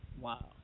Wow